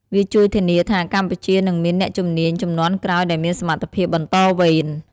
វាជួយធានាថា កម្ពុជានឹងមាន អ្នកជំនាញជំនាន់ក្រោយដែលមានសមត្ថភាពបន្តវេន។